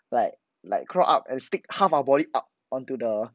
like like crawl up and stick half of our body up onto the